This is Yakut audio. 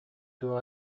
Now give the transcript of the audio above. туох